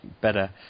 better